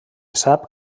sap